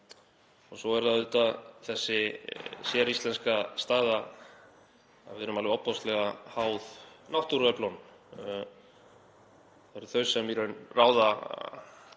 Og svo er það auðvitað þessi séríslenska staða að við erum alveg ofboðslega háð náttúruöflunum. Það eru þau sem í raun ráða